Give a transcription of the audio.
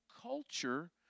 culture